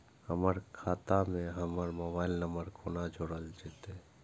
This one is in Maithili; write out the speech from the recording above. हमर खाता मे हमर मोबाइल नम्बर कोना जोरल जेतै?